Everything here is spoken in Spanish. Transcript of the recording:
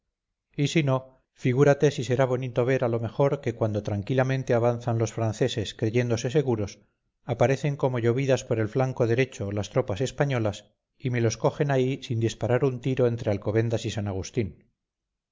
y si no figúrate si será bonito ver a lo mejor que cuando tranquilamente avanzan los franceses creyéndose seguros aparecen como llovidas por el flanco derecho las tropas españolas y me los cogen ahí sin disparar un tiro entre alcobendas y san agustín